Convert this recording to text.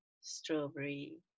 strawberry